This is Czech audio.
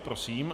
Prosím.